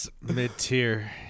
Mid-tier